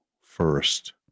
first